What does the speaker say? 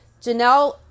Janelle